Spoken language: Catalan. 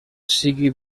sigui